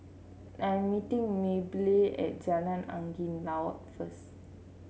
I'm meeting Maybelle at Jalan Angin Laut first